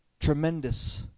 tremendous